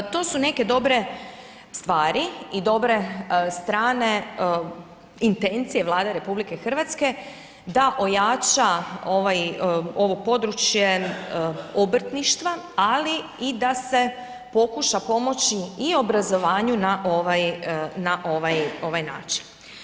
To su neke dobre stvari i dobre strane intencije Vlade RH da ojača ovo područje obrtništva ali i da se pokuša pomoći i obrazovanju na ovaj način.